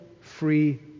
free